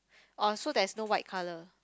orh so there's no white colour